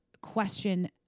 question